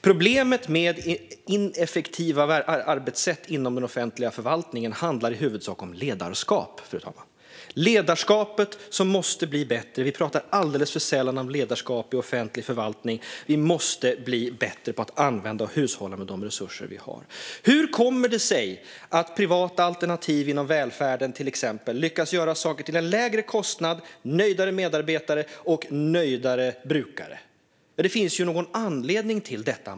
Problemet med ineffektiva arbetssätt inom den offentliga förvaltningen handlar i huvudsak om ledarskap, fru talman. Ledarskapet måste bli bättre. Vi pratar alldeles för sällan om ledarskap i offentlig förvaltning. Vi måste bli bättre på att använda och hushålla med de resurser vi har. Hur kommer det sig att privata alternativ inom välfärden till exempel lyckas göra saker till en lägre kostnad och ha nöjdare medarbetare och nöjdare brukare? Det finns ju en anledning till detta.